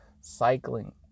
cycling